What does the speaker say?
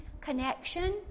connection